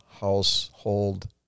household